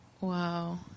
Wow